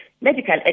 medical